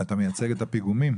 אתה מייצג את הפיגומים?